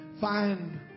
find